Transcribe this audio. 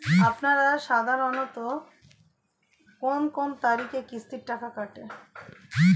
আপনারা সাধারণত কোন কোন তারিখে কিস্তির টাকা কাটে?